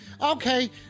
Okay